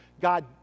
God